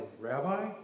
Rabbi